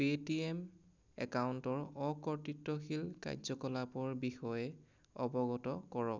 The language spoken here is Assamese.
পে'টিএম একাউণ্টৰ অকৰ্তৃত্বশীল কাৰ্য্যকলাপৰ বিষয়ে অৱগত কৰক